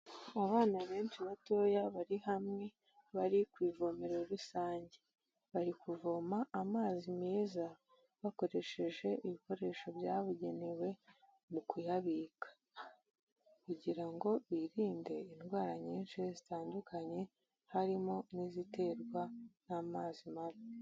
Abana benshi batoya bari hamwe bari ku ivomero rusange, bari kuvoma amazi meza bakoresheje ibikoresho byabugenewe mu kuyabika, kugira ngo birinde indwara nyinshi zitandukanye harimo n'iziterwa n'amazi mabi.